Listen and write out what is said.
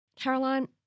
Caroline